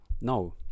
No